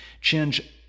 change